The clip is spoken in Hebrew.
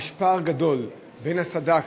יש פער גדול בין הסד"כ,